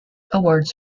awards